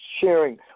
sharing